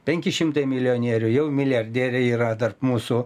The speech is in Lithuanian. penki šimtai milijonierių jau milijardieriai yra tarp mūsų